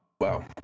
Wow